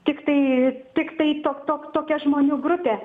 tiktai tiktai tok tok tokia žmonių grupė